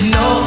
no